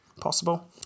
possible